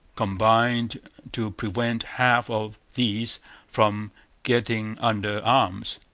combined to prevent half of these from getting under arms.